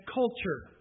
culture